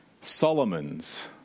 Solomon's